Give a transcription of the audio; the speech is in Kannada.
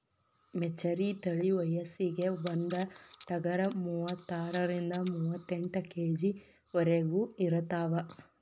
ಮೆಚರಿ ತಳಿ ವಯಸ್ಸಿಗೆ ಬಂದ ಟಗರ ಮೂವತ್ತಾರರಿಂದ ಮೂವತ್ತೆಂಟ ಕೆ.ಜಿ ವರೆಗು ಇರತಾವ